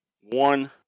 One